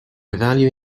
value